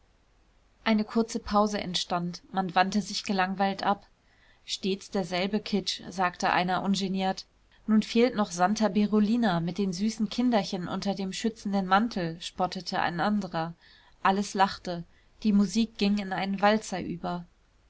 eine kurze pause entstand man wandte sich gelangweilt ab stets derselbe kitsch sagte einer ungeniert nu fehlt nur noch santa berolina mit den süßen kinderchen unter dem schützenden mantel spottete ein anderer alles lachte die musik ging in einen walzer über